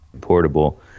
portable